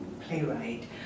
playwright